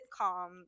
sitcom